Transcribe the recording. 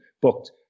booked